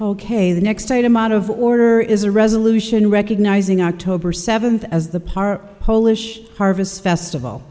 ok the next item out of order is a resolution recognizing october seventh as the par polish harvest festival